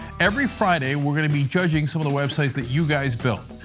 every friday we're going to be judging some of the websites that you guys build.